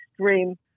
extreme